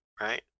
right